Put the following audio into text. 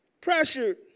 pressured